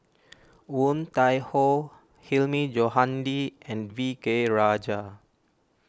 Woon Tai Ho Hilmi Johandi and V K Rajah